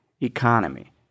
economy